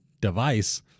device